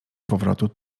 powrotu